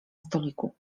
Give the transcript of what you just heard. stoliku